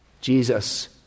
Jesus